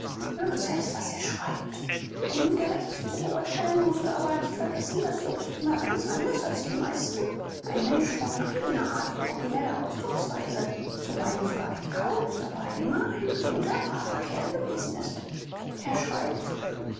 höre selbst was er schreibt um ihn gerecht zu beurteilen mußt du aber nicht vergessen daß jobst immer ganz anders als die meisten ein mensch von eigner art und origineller ausdrucksweise zuweilen sogar ein kauz aber immer ein guter braver kerl gewesen ist er schreibt